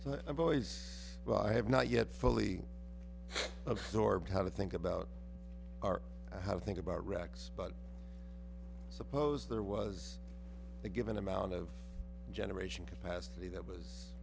so i've always well i have not yet fully absorbed how to think about our i have think about rex but suppose there was a given amount of generation capacity that was